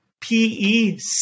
PEC